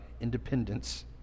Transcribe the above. independence